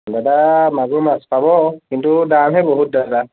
দাদা মাগুৰ মাছ পাব কিন্তু দামহে বহুত দাদা